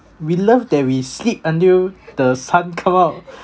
we love that we sleep until the sun come out